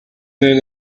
their